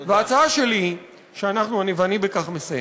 ההצעה שלי היא, ואני בכך מסיים,